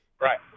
Right